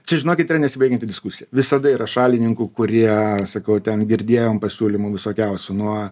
čia žinokit yra nesibaigianti diskusija visada yra šalininkų kurie sakau ten girdėjom pasiūlymų visokiausių nuo